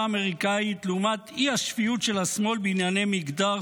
האמריקנית לעומת אי-השפיות של השמאל בענייני מגדר,